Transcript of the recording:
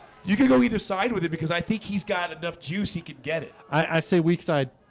you can go either side with it because i think he's got enough juice. he could get it. i say weak side.